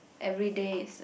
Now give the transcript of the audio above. everyday is a